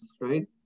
right